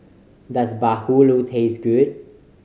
does bahulu taste good